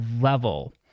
level